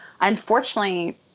unfortunately